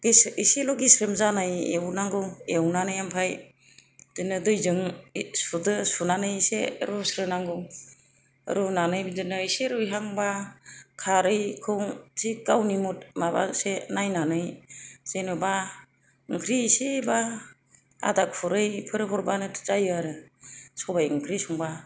एसेल' गेस्रेम जानाय एउनांगौ एउनानै ओमफ्राय बिदिनो दैजों सुदो सुनानै एसे रुस्रोनांगौ रुनानै बिदिनो एसे रुइहांबा खारैखौ एसे गावनि माबासे नायनानै जेनेबा ओंख्रि एसेबा आदा खुरैफोर होबानो जायो आरो सबाय ओंख्रि संब्ला